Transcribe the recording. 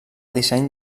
disseny